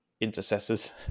intercessors